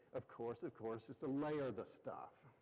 of course, of course, is to layer the stuff.